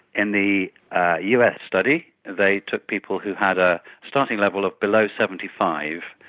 in the us study they took people who had a starting level of below seventy five